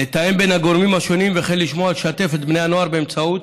לתאם בין הגורמים השונים וכן לשמוע ולשתף את בני הנוער באמצעות